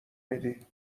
میدی